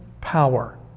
power